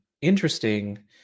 interesting